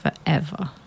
forever